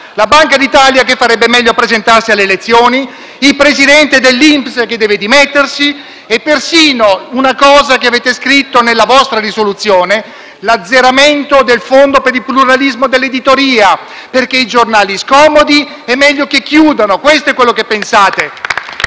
la Banca d'Italia che farebbe meglio a presentarsi alle elezioni, il presidente dell'INPS che deve dimettersi e, persino, come avete scritto nella vostra risoluzione, l'azzeramento del Fondo per il pluralismo dell'editoria, perché i giornali scomodi è meglio che chiudano. *(Applausi dal Gruppo PD)*.